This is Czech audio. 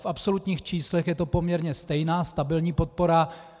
V absolutních číslech je to poměrně stejná stabilní podpora.